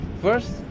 First